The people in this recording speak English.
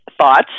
thoughts